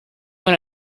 want